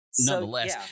nonetheless